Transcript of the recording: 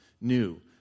new